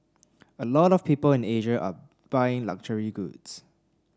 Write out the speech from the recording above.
a lot of people in Asia are buying luxury goods